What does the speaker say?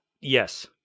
Yes